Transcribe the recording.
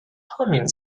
humming